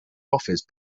office